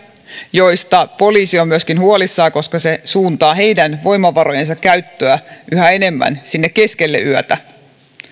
mistä myöskin poliisi on huolissaan koska se suuntaa heidän voimavarojensa käyttöä yhä enemmän sinne keskelle yötä